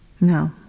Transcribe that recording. No